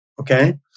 Okay